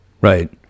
right